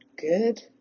good